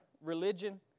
religion